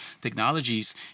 technologies